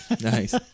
nice